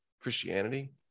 Christianity